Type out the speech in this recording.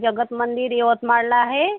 जगत मंदिर यवतमाळला आहे